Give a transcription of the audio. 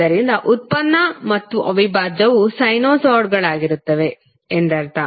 ಆದ್ದರಿಂದ ವ್ಯುತ್ಪನ್ನ ಮತ್ತು ಅವಿಭಾಜ್ಯವು ಸೈನುಸಾಯ್ಡ್ಗಳಾಗಿರುತ್ತದೆ ಎಂದರ್ಥ